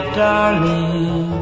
darling